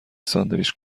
ساندویچ